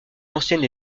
ancienne